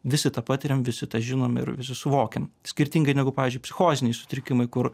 visi tą patiriam visi tą žinom ir visi suvokiam skirtingai negu pavyzdžiui psichoziniai sutrikimai kur